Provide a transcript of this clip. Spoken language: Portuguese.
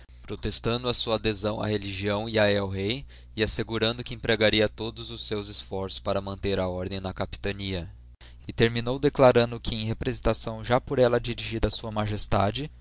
protestando a sua adhesão á religião e a el-rei e assegurando que empregaria todos os seus esforços para manter a ordem na capitania e terminou declarando que em representação já por ella dirigida a sua magestade